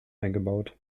eingebaut